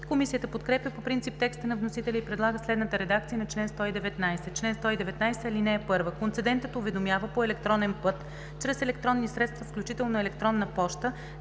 Комисията подкрепя по принцип текста на вносителя и предлага следната редакция на чл. 119: „Чл. 119. (1) Концедентът уведомява по електронен път чрез електронни средства, включително електронна поща,